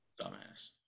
Dumbass